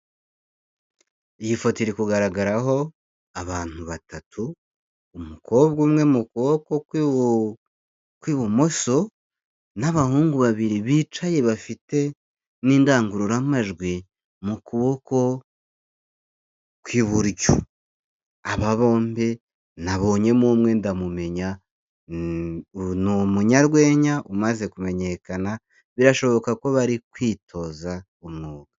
Iyi foto iri kugaragaraho abantu batatu, umukobwa umwe mu kuboko kw'ibumoso n'abahungu babiri bicaye bafite n'indangururamajwi mu kuboko kw'iburyo. Aba bombi nabonyemo umwe ndamumenya ni umunyarwenya umaze kumenyekana birashoboka ko bari kwitoza umwuga.